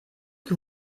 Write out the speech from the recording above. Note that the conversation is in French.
que